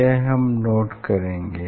यह हम नोट करेंगे